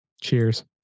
cheers